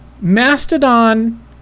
mastodon